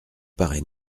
paraît